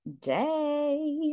day